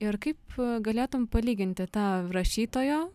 ir kaip galėtum palyginti tą rašytojo